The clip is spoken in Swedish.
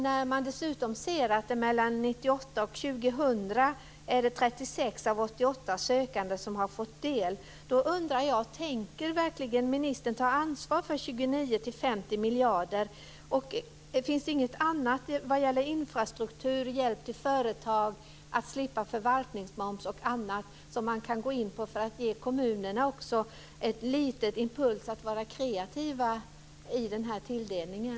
När man dessutom ser att det mellan 1998 och 2000 är 36 av 88 sökande som har fått del av detta undrar jag: Tänker verkligen ministern ta ansvar för 29-50 miljarder, och finns det inget annat vad gäller infrastruktur, hjälp till företag att slippa förvaltningsmoms och annat som man kan gå in på för att också ge kommunerna en liten impuls att vara kreativa i den här tilldelningen?